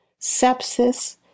sepsis